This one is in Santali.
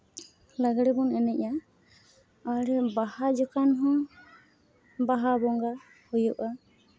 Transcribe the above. ᱞᱟᱜᱽᱲᱮ ᱵᱚᱱ ᱮᱱᱮᱡᱼᱟ ᱟᱨ ᱵᱟᱦᱟ ᱡᱚᱠᱷᱚᱱ ᱦᱚᱸ ᱵᱟᱦᱟ ᱵᱚᱸᱜᱟ ᱦᱩᱭᱩᱜᱼᱟ